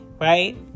right